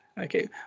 Okay